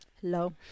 Hello